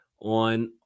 on